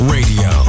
Radio